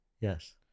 Yes